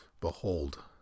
Behold